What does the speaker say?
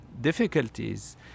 difficulties